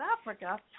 Africa